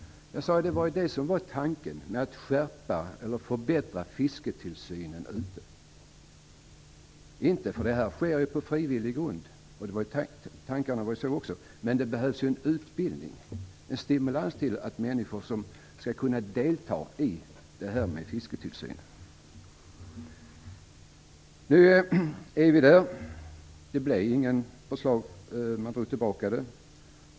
Jag sade att det var det som var tanken med att skärpa eller förbättra fisketillsynen. Tankarna var också att det här skulle ske på frivillig grund. Men det behövs en utbildning och en stimulans för att människor skall kunna delta i fisketillsynen. Nu är vi där. Det blir inget förslag. Man drog tillbaka det.